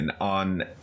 on